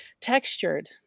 textured